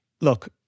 look